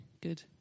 good